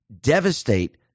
devastate